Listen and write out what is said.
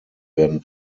werden